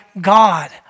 God